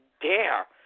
dare